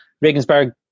Regensburg